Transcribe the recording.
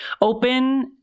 open